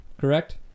correct